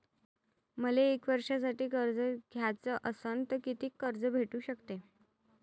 मले एक वर्षासाठी कर्ज घ्याचं असनं त कितीक कर्ज भेटू शकते?